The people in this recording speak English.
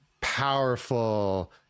powerful